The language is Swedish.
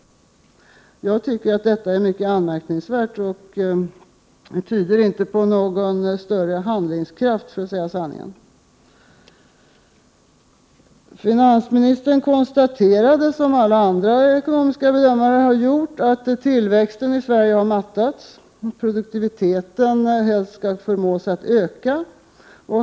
Jag tycker att detta är mycket anmärkningsvärt. Det tyder inte på någon större handlingskraft, för att säga sanningen. Finansministern konstaterar, som alla andra ekonomiska bedömare har gjort, att tillväxten i Sverige har mattats och att produktiviteten helst skall förmås att öka.